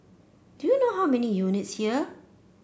do you know how many units here